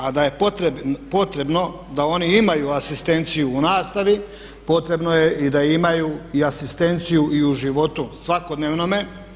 A da je potrebno da oni imaju asistenciju u nastavi, potrebno je i da imaju i asistenciju i u životu svakodnevnome.